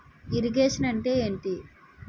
Irrigation అంటే ఏంటీ?